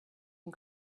can